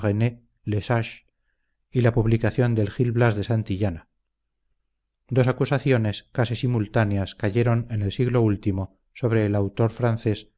y la publicación del gil blas de santillana dos acusaciones casi simultáneas cayeron en el siglo último sobre el autor francés